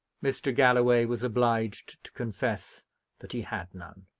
mr. galloway was obliged to confess that he had none.